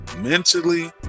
mentally